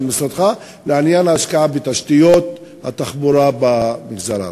משרדך בעניין ההשקעה בתשתיות התחבורה במגזר הערבי.